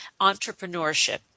entrepreneurship